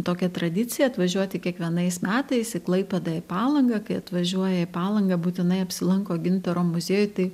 tokią tradiciją atvažiuoti kiekvienais metais į klaipėdą į palangą kai atvažiuoja į palangą būtinai apsilanko gintaro muziejuj tai